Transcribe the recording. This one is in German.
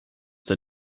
der